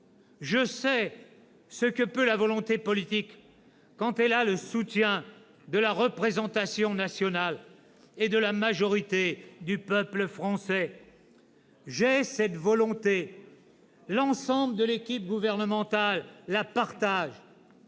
Je sais ce que peut la volonté politique lorsqu'elle a le soutien de la représentation nationale et de la majorité du peuple français. J'ai cette volonté. « L'ensemble de l'équipe gouvernementale la partage.